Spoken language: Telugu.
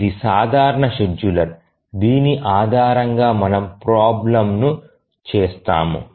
ఇది సాధారణ షెడ్యూలర్ దీని ఆధారంగా మనము ప్రాబ్లెమ్ ను చేస్తాము